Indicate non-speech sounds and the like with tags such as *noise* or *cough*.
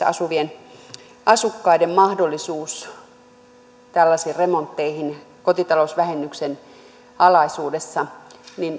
*unintelligible* asuvien asukkaiden mahdollisuus tällaisiin remontteihin kotitalousvähennyksen alaisuudessa